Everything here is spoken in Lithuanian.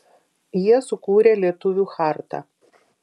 jie sukūrė lietuvių chartą